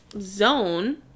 zone